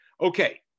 Okay